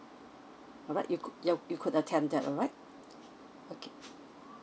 alright you could ya you could attempt that alright okay